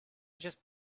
just